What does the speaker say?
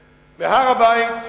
בהר-הבית,